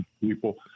people